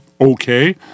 okay